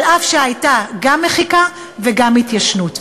אף שהיו גם מחיקה וגם התיישנות.